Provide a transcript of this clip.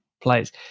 place